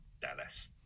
Dallas